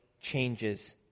changes